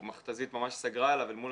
מאוד לא מחפש את האקשן והאנרכיסטיות,